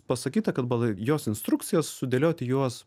pasakyta kad pagal jos instrukcijas sudėlioti juos